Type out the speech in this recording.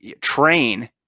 train